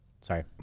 sorry